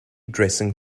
dressing